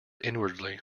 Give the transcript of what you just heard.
inwardly